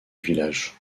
village